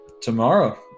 Tomorrow